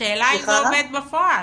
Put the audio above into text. השאלה אם זה עובד בפועל.